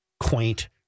Quaint